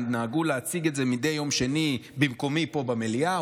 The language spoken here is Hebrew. הם נהגו להציג את זה מדי יום שני במקומי פה במליאה.